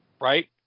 right